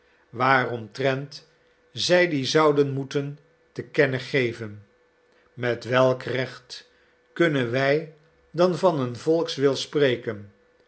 waaromtrent zij dien zouden moeten te kennen geven met welk recht kunnen wij dan van een volkswil spreken